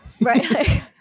Right